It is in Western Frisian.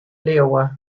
leauwe